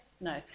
No